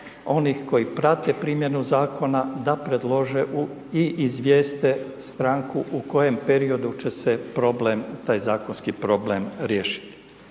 onih koji prate primjenu zakona, da predlože i izvijeste stranku u kojem periodu će se problem, taj zakonski problem riješiti.